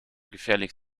gefährlich